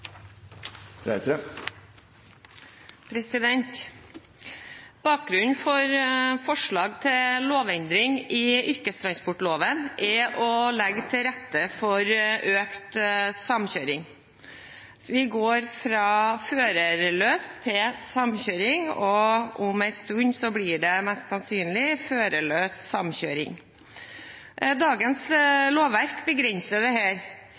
vedtatt. Bakgrunnen for forslaget til lovendring i yrkestransportloven er å legge til rette for økt samkjøring – vi går fra førerløst til samkjøring, og om en stund blir det mest sannsynlig førerløs samkjøring – og dagens lovverk begrenser